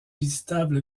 visitable